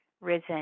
risen